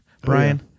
Brian